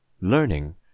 learning